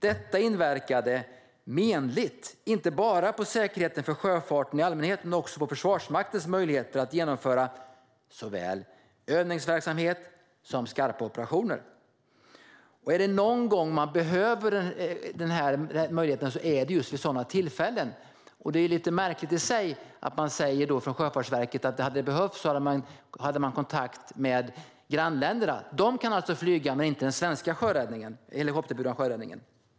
Detta inverkade menligt inte bara på säkerheten för sjöfarten i allmänhet utan också på Försvarsmaktens möjligheter att genomföra såväl övningsverksamhet som skarpa operationer. Är det någon gång man behöver denna möjlighet är det just vid sådana tillfällen. Det är lite märkligt i sig att Sjöfartsverket då säger att man hade kontaktat grannländerna om det hade behövts. De kan alltså flyga, men inte den svenska helikopterburna sjöräddningen.